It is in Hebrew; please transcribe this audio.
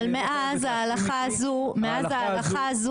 אבל מאז ההלכה הזו הוחלט.